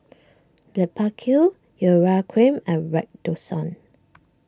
Blephagel Urea Cream and Redoxon